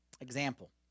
Example